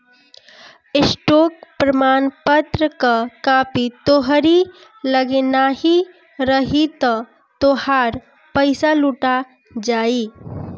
stock प्रमाणपत्र कअ copy तोहरी लगे नाही रही तअ तोहार पईसा लुटा जाई